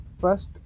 first